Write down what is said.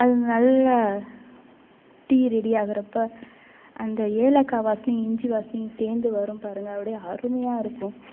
அதில் நல்லா tea ready ஆகுறப்போ அந்த ஏலக்காய் வாசனையும் இஞ்சி வாசனையும் சேர்ந்து வரும் பாருங்கள் அப்படியே அருமையாக இருக்கும்